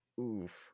oof